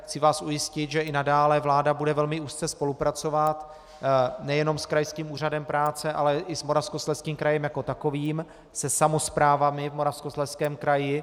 Chci vás ujistit, že i nadále bude vláda velmi úzce spolupracovat nejenom s krajským úřadem práce, ale i s Moravskoslezským krajem jako takovým, se samosprávami v Moravskoslezském kraji.